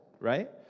right